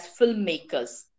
filmmakers